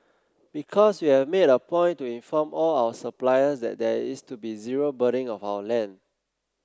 because we have made a point to inform all our suppliers that there is to be zero burning of our land